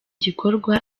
gikorwa